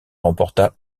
remporta